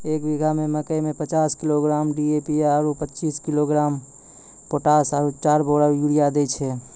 एक बीघा मे मकई मे पचास किलोग्राम डी.ए.पी आरु पचीस किलोग्राम पोटास आरु चार बोरा यूरिया दैय छैय?